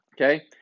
Okay